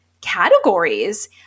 categories